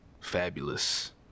Fabulous